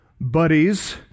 buddies